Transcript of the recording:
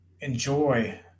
enjoy